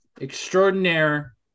extraordinaire